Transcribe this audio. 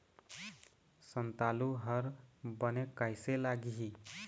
संतालु हर बने कैसे लागिही?